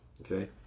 okay